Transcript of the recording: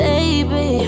Baby